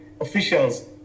officials